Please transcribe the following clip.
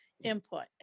input